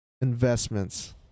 investments